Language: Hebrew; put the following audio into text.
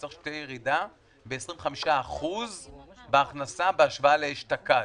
צריך שתהיה ירידה של 25% בהכנסה בהשוואה לאשתקד.